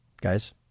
guys